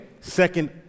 second